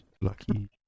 Lucky